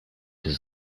his